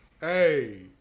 hey